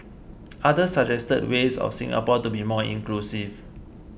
others suggested ways of Singapore to be more inclusive